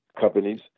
companies